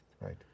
Right